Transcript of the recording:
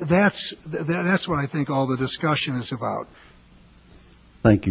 that's that's what i think all the discussion is about thank